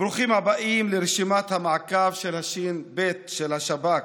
ברוכים הבאים לרשימת המעקב של הש"ב, של השב"כ.